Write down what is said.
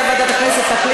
סגרנו ועדת חוקה,